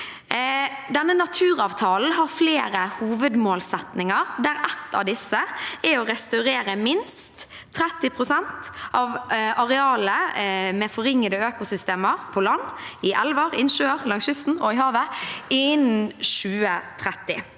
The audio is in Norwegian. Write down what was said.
naturavtalen har flere hovedmålsettinger, der en av disse er å restaurere minst 30 pst. av arealet med forringede økosystemer på land, i elver, i innsjøer, langs kysten og i havet innen 2030.